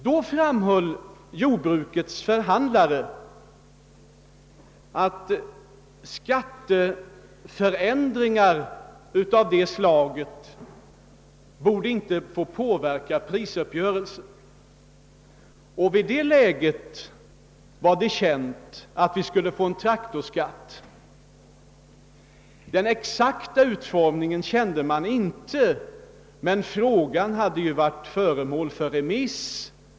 Då framhöll jordbrukets förhandlare att skatteförändringar av detta slag inte borde få påverka prisuppgörelsen. I det läget var det känt att vi skulle få en traktorskatt; den exakta utformningen var man okunnig om, men frågan hade varit föremål för remiss.